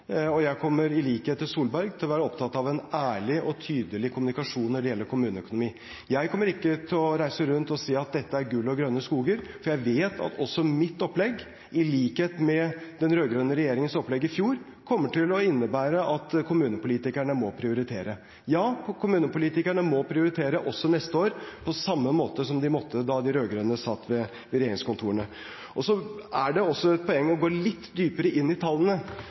Jeg kommer i likhet med Solberg til å være opptatt av en ærlig og tydelig kommunikasjon når det gjelder kommuneøkonomi. Jeg kommer ikke til å reise rundt og si at dette er gull og grønne skoger, for jeg vet at også mitt opplegg, i likhet med den rød-grønne regjeringens opplegg i fjor, kommer til å innebære at kommunepolitikerne må prioritere. Ja, kommunepolitikerne må prioritere også neste år – på samme måte som de måtte det da de rød-grønne satt i regjeringskontorene. Det er også et poeng å gå litt dypere inn i tallene.